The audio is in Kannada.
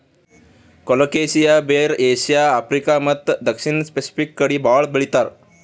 ಕೊಲೊಕೆಸಿಯಾ ಬೇರ್ ಏಷ್ಯಾ, ಆಫ್ರಿಕಾ ಮತ್ತ್ ದಕ್ಷಿಣ್ ಸ್ಪೆಸಿಫಿಕ್ ಕಡಿ ಭಾಳ್ ಬೆಳಿತಾರ್